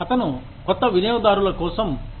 అతను దుకొత్త వినియోగదారు కోసం వెతకాలి